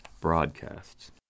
broadcasts